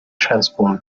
transformed